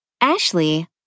Ashley